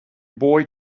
boy